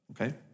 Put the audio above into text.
okay